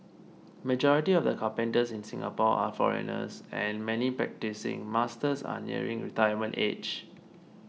majority of the carpenters in Singapore are foreigners and many practising masters are nearing retirement age